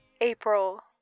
APRIL